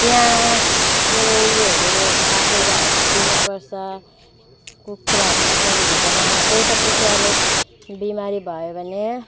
पियाजको उयोहरू काटेरहरू हालिदिनु पर्छ कुखुराहरू बिमारी हुँदैन एउटा कुखुरालाई बिमारी भयो भने